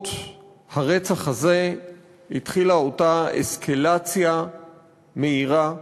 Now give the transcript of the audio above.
ובעקבות הרצח הזה התחילה אותה אסקלציה מהירה,